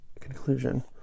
conclusion